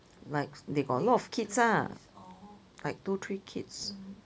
like they got a lot of kids lah like two three kids